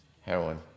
heroin